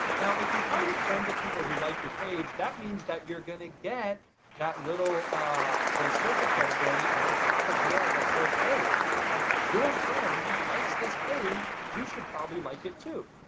now if you target friends of people who like your page, that means that you're gonna get that little ah the social credibility at the top of the ad that says, hey your friend likes this page, you should probably like it too.